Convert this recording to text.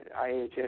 IHS